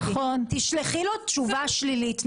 תשלחי לו תשובה שלילית.